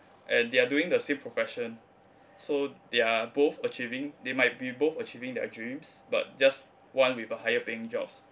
and they are doing the same profession so they are both achieving they might be both achieving their dreams but just one with a higher paying jobs